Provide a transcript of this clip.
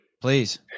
please